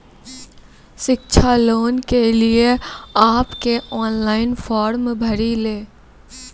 शिक्षा लोन के लिए आप के ऑनलाइन फॉर्म भरी ले?